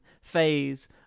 phase